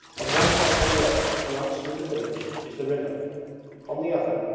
on one side of the road which runs through the village is the river on the other,